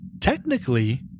Technically